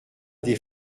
des